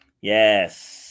Yes